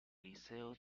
liceo